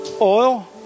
oil